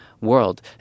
world